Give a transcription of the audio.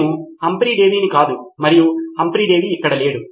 నేను హంఫ్రీ డేవిని కాదు మరియు హంఫ్రీ డేవి ఇక్కడ లేడు